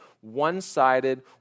one-sided